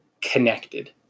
connected